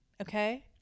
Okay